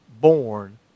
born